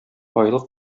айлык